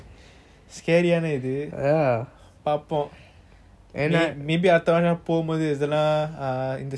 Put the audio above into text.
maybe அடுத்த வாரம் நான் போம்போது இத்தலம் இந்த செய்திலம்:adutha vaaram naan pombothu ithalam intha seithilam clear பனிடுவன்:paniduvan